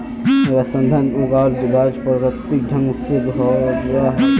वायवसंवर्धनत उगाल गाछ प्राकृतिक ढंग से बोरो ह बे